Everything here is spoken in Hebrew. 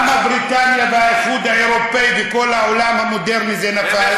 אז למה בבריטניה והאיחוד האירופי וכל העולם המודרני זה נפל?